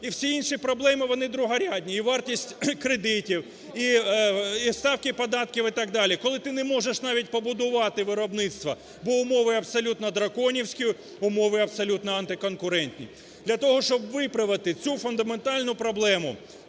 Всі інші проблеми вони другорядні: і вартість кредитів, і ставки податків, і так далі. Коли ти не можеш навіть побудувати виробництво, бо умови абсолютно драконівські, умови абсолютно антиконкурентні. Для того, щоб виправити цю фундаментальну проблему,